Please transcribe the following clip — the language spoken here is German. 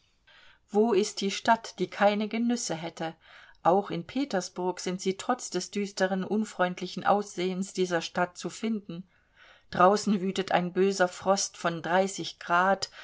wo ist die stadt die keine genüsse hätte auch in petersburg sind sie trotz des düsteren unfreundlichen aussehens dieser stadt zu finden draußen wütet ein böser frost von dreißig grad